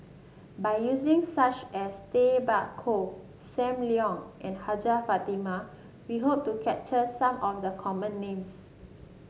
by using such as Tay Bak Koi Sam Leong and Hajjah Fatimah we hope to capture some of the common names